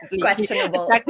questionable